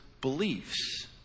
beliefs